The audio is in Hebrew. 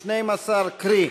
12. קרי,